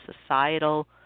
societal